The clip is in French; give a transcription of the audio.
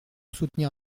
soutenir